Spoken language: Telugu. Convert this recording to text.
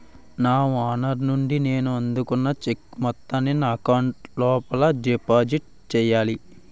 నా ఓనర్ నుండి నేను అందుకున్న చెక్కు మొత్తాన్ని నా అకౌంట్ లోఎలా డిపాజిట్ చేయాలి?